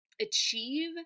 achieve